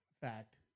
fact